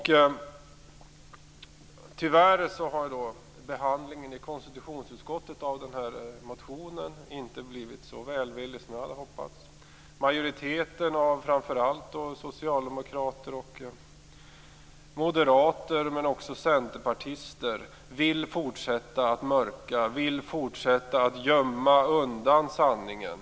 Tyvärr har behandlingen av den här motionen i konstitutionsutskottet inte blivit så välvillig som jag hade hoppats. Majoriteten av framför allt socialdemokrater och moderater men också centerpartister vill fortsätta att mörka och gömma undan sanningen.